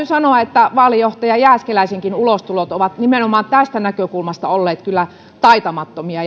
sanoa että vaalijohtaja jääskeläisenkin ulostulot ovat nimenomaan tästä näkökulmasta olleet kyllä taitamattomia